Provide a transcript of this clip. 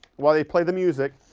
while they play the music,